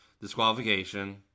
disqualification